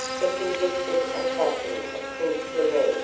the convicted assassin of prince lorenz,